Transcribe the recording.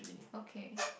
okay